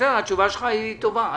בסדר, התשובה שלך היא טובה.